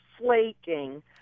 flaking